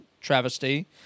Travesty